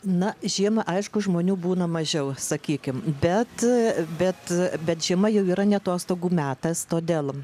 na žiemą aišku žmonių būna mažiau sakykim bet bet bet žiema jau yra ne atostogų metas todėl